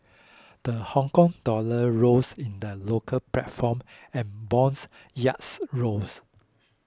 the Hong Kong dollar rose in the local platform and bonds yields rose